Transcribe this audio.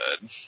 good